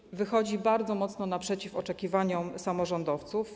I wychodzi bardzo mocno naprzeciw oczekiwaniom samorządowców.